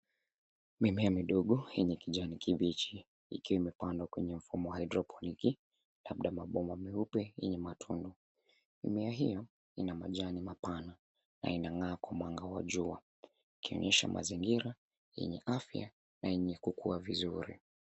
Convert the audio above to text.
Mimea midogo yenye kijani kibichi ikiwa imepandwa kwenye mfumo wa hydroponic labda mabomba meupe yenye matundu. Mimea hio ina majani mapana na inang'aa kwa mwanga wa jua ikionyesha mazingira yenye afya na yenye kukua vizuri.